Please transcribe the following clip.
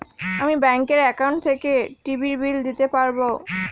আমি ব্যাঙ্কের একাউন্ট থেকে টিভির বিল দিতে পারবো